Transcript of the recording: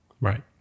Right